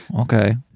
okay